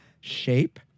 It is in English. shape